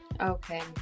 okay